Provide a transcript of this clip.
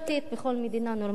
בכל מדינה נורמלית